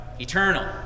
eternal